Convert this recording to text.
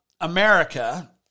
America